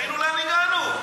תבינו לאן הגענו.